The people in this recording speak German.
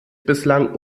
bislang